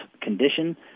condition